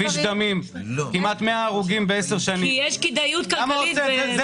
השיטה הישנה של לסכסך ולשסות חלקי ציבור